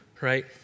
Right